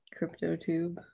Cryptotube